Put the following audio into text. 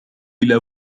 إلى